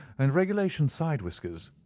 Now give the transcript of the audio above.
and regulation side whiskers.